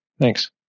Thanks